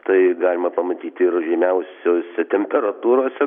tai galima pamatyti ir žemiausiose temperatūrose